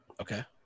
Okay